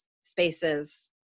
spaces